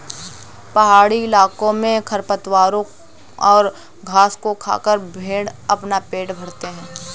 पहाड़ी इलाकों में खरपतवारों और घास को खाकर भेंड़ अपना पेट भरते हैं